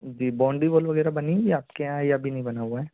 जी boundary wall वगैरह बनी हुई है आपके यहाँ या अभी नहीं बना हुआ है